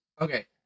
Okay